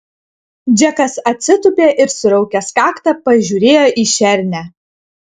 džekas atsitūpė ir suraukęs kaktą pažiūrėjo į šernę